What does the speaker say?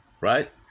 right